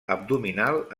abdominal